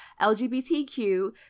LGBTQ